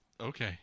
okay